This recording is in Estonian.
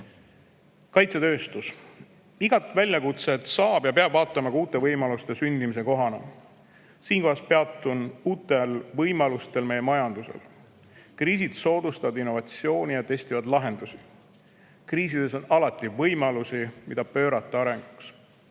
hindamatu. Kaitsetööstus. Igat väljakutset saab vaadata ja peab vaatama ka uute võimaluste sündimise kohana. Siinkohal peatun uutel võimalustel meie majanduses. Kriisid soodustavad innovatsiooni ja testivad lahendusi. Kriisides on alati võimalusi, mida pöörata arenguks.